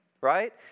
right